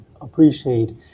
appreciate